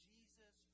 Jesus